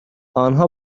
آنها